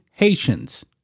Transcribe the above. Haitians